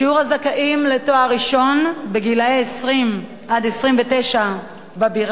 שיעור הזכאים לתואר ראשון גילאי 20 29 בבירה,